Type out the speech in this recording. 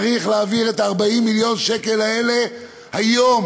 צריך להעביר את ה-40 מיליון שקל האלה היום.